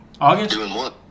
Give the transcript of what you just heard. August